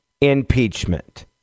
impeachment